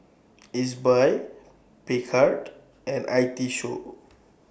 Ezbuy Picard and I T Show